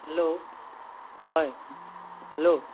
hello হয় hello